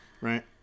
right